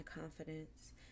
confidence